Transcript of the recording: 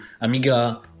Amiga